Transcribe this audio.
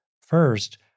first